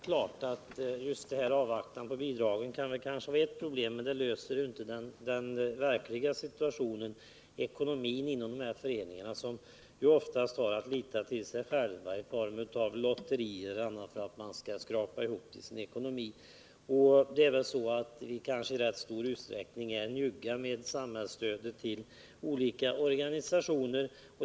Herr talman! Det är klart att denna väntan på bidragen kan vara ett problem, men en lösning på den delen löser inte hela det verkliga problemet, nämligen föreningarnas situation. Ekonomin är dålig inom föreningarna, som oftast bara har att lita till sig själva och sin verksamhet i form av lotterier och annat sådant för att skrapa ihop pengar. Vi är väl i rätt stor utsträckning njugga med samhällsstöd till olika organisationer.